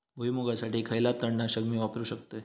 भुईमुगासाठी खयला तण नाशक मी वापरू शकतय?